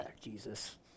Jesus